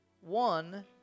one